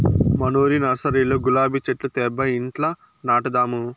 మనూరి నర్సరీలో గులాబీ చెట్లు తేబ్బా ఇంట్ల నాటదాము